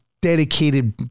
dedicated